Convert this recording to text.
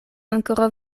ankoraŭ